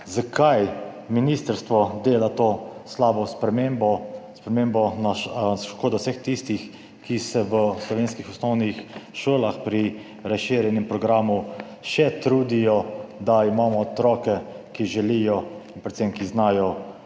Zakaj ministrstvo dela to slabo spremembo, ki škodi vsem tistim, ki se v slovenskih osnovnih šolah v razširjenem programu še trudijo, da imamo otroke, ki želijo in predvsem znajo